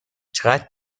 چقدر